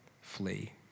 flee